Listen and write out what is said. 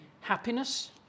happiness